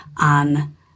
on